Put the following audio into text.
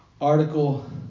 article